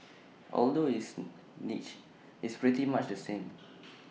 although it's niche it's pretty much the same